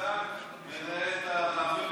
אתה גם מערבב את הדיון פה.